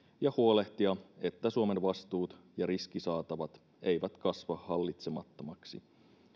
ja huolehtia että suomen vastuut ja riskisaatavat eivät kasva hallitsemattomiksi